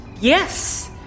yes